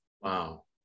Wow